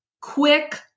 quick